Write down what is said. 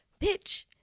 bitch